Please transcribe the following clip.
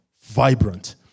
vibrant